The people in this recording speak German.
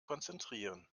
konzentrieren